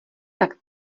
tak